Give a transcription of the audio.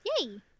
Yay